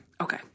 Okay